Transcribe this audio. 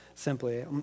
Simply